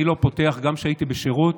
אני לא פותח, גם כשהייתי בשירות,